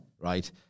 Right